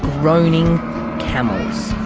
groaning camels.